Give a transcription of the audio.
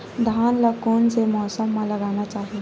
धान ल कोन से मौसम म लगाना चहिए?